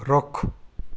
ਰੁੱਖ